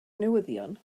newyddion